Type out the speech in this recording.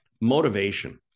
motivation